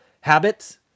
habits